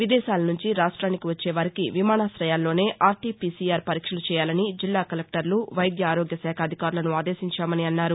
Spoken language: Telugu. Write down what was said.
విదేశాల సుంచి రాఫ్ట్లెనికి వచ్చే వారికి విమానాశయాల్లోనే అర్టీపీసీఆర్ పరీక్షలు చేయాలని జిల్లా కలెక్టర్లు వైద్య ఆరోగ్య శాఖ అధికారులను ఆదేశించామని అన్నారు